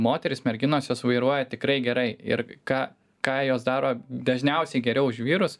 moterys merginos jos vairuoja tikrai gerai ir ką ką jos daro dažniausiai geriau už vyrus